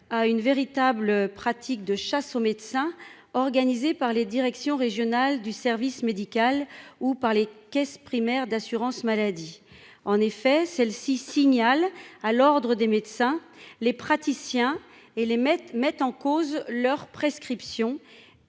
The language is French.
à une véritable pratique de chasse aux médecins, organisée par les directions régionales du service médical ou par les caisses primaires d'assurance maladie en effet celle-ci signale à l'Ordre des médecins, les praticiens et les mettent, mettent en cause leurs prescriptions